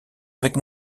avec